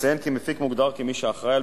אציין כי מפיק מוגדר כמי שאחראי על